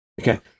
Okay